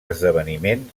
esdeveniment